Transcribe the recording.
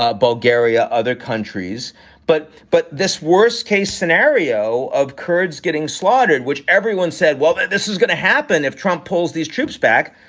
ah bulgaria, other countries but but this worst case scenario of kurds getting slaughtered, which everyone said, well, but this is gonna happen if trump pulls these troops back,